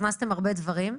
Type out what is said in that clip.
הכנסתם הרבה דברים.